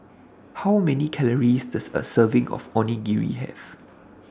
How Many Calories Does A Serving of Onigiri Have